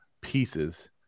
pieces